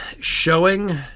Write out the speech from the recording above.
showing